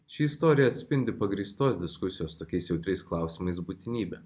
ši istorija atspindi pagrįstos diskusijos tokiais jautriais klausimais būtinybę